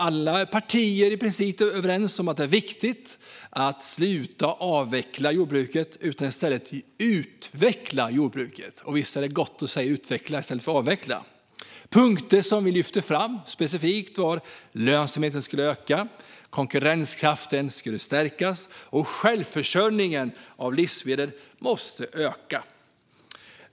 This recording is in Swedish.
Alla partier var i princip överens att det är viktigt att sluta avveckla jordbruket och i stället utveckla det. Visst är det gott att säga utveckla i stället för avveckla? Punkter som vi lyfte fram specifikt var att lönsamheten skulle öka, konkurrenskraften skulle stärkas och självförsörjningen av livsmedel måste öka.